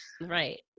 right